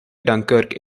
dunkirk